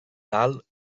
tal